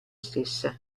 stessa